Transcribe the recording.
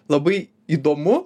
labai įdomu